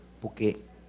Porque